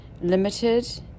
limited